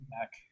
back